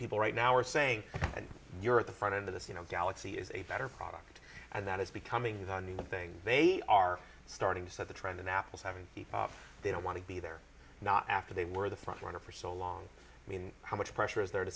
people right now are saying and you're at the front of this you know galaxy is a better product and that is becoming the new thing they are starting to set the trend in apple's having people they don't want to be they're not after they were the front runner for so long i mean how much pressure is there to